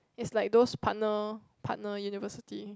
it's like those partner partner university